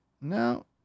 No